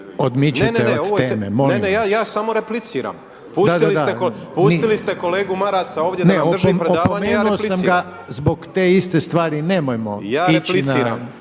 odmičete od teme, molim vas./… Ja samo repliciram. Pustili ste kolegu Marasa ovdje da nam drži predavanje ja repliciram. …/Upadica Reiner: Opomenuo sam